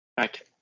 Okay